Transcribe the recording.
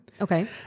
Okay